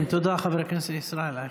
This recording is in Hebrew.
תודה, חבר הכנסת ישראל אייכלר.